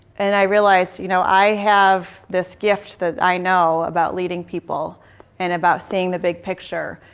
and i realized you know i have this gift that i know about leading people and about seeing the big picture.